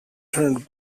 turned